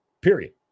period